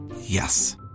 Yes